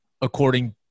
According